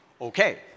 Okay